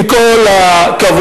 עם כל הכבוד,